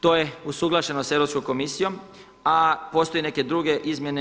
To je usuglašeno sa Europskom komisijom, a postoje neke druge izmjene.